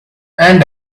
and